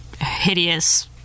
hideous